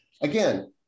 again